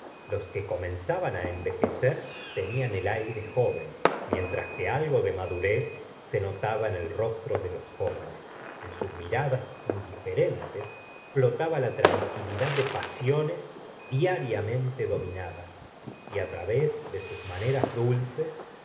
los que comenzaban envejecer tenían el aire joven mientras que algo de madurez se notaba en el rostro de los jóvenes en sus miradas indiferentes flotaba la tranquilidad de pasiones diariamente dominadas y través de sus maneras dulces